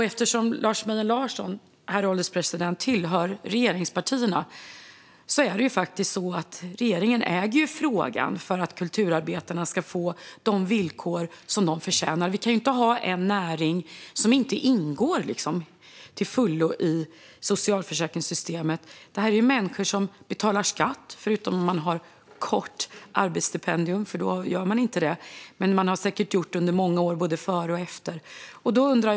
Lars Mejern Larsson tillhör ett regeringsparti, herr ålderspresident, och det är regeringen som äger frågan för att kulturarbetarna ska få de villkor som de förtjänar. Vi kan inte ha en näring som inte till fullo ingår i socialförsäkringssystemet. Det här är människor som betalar skatt, förutom om de har ett kort arbetsstipendium. Då gör man inte det. Men de har säkert gjort det under många år både före och efter den perioden.